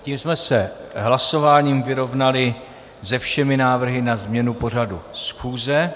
Tím jsme se hlasováním vyrovnali se všemi návrhy na změnu pořadu schůze.